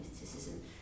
mysticism